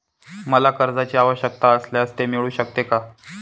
मला कर्जांची आवश्यकता असल्यास ते मिळू शकते का?